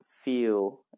feel